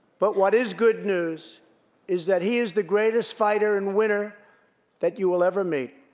but what is good news is that he is the greatest fighter and winner that you will ever meet.